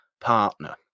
partner